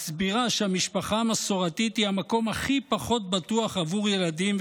מסבירה שהמשפחה המסורתית היא המקום הכי פחות בטוח עבור ילדים,